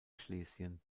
schlesien